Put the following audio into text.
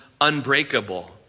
unbreakable